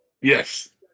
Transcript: Yes